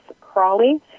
Crawley